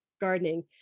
gardening